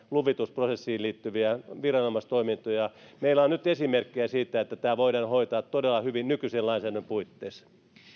luvitusprosessiin liittyviä viranomaistoimintoja meillä on nyt esimerkkejä siitä että tämä voidaan hoitaa todella hyvin nykyisen lainsäädännön puitteissa